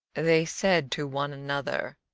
they said to one another,